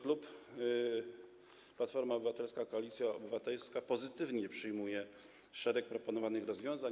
Klub Platforma Obywatelska - Koalicja Obywatelska pozytywnie przyjmuje szereg proponowanych rozwiązań.